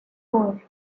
four